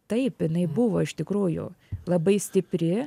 taip jinai buvo iš tikrųjų labai stipri